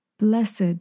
Blessed